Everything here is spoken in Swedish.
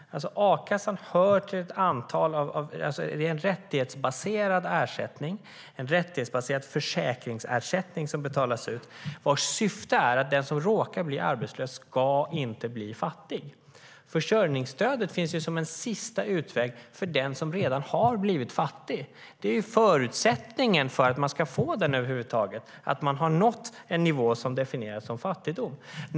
A-kassan är en rättighetsbaserad ersättning, en rättighetsbaserad försäkringsersättning som betalas ut, vars syfte är att den som råkar bli arbetslös inte ska bli fattig. Försörjningsstödet finns som en sista utväg för den som redan har blivit fattig. Det är förutsättningen för att man över huvud taget ska få det - att man har nått en nivå som definieras som fattigdom.